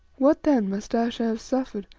what then must ayesha have suffered,